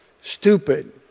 stupid